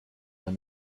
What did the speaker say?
man